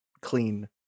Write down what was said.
clean